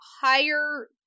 higher